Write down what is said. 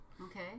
Okay